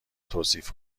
توصیف